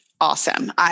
awesome